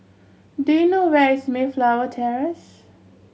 do you know where is Mayflower Terrace